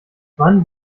wann